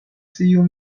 sciu